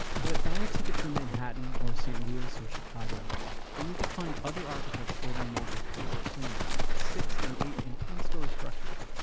but buy a ticket for manhattan or st. louis or chicago and you could find other architects building more impressive things. six and eight and ten-story structures.